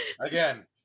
Again